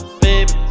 baby